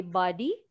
body